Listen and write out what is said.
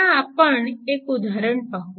आता आपण एक उदाहरण पाहू